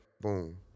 Boom